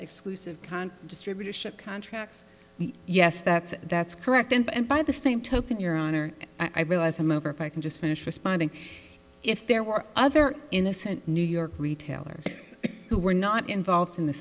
exclusive con distributorship contracts yes that's that's correct and by the same token your honor i realize i'm over if i can just finish responding if there were other innocent new york retailers who were not involved in the